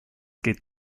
geht